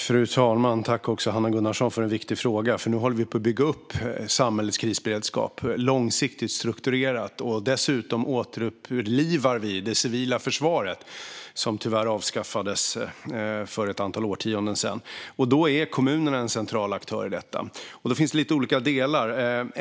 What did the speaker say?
Fru talman! Tack, Hanna Gunnarsson, för en viktig fråga! Nu håller vi på att bygga upp samhällets krisberedskap långsiktigt och strukturerat. Dessutom återupplivar vi det civila försvaret, som tyvärr avskaffades för ett antal årtionden sedan. Kommunerna är en central aktör i detta. Det finns lite olika delar.